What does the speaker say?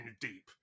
Deep